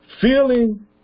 feeling